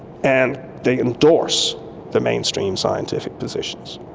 and they endorse the mainstream scientific positions,